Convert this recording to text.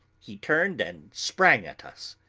he turned and sprang at us.